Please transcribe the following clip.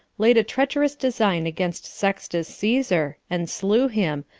laid a treacherous design against sextus caesar, and slew him,